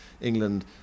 England